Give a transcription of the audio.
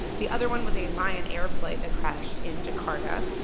the other one was a lion air flight that crashed in jakarta.